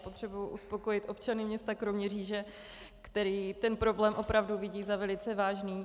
Já potřebuji uspokojit občany města Kroměříž, kteří ten problém opravdu vidí jako velice vážný.